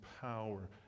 power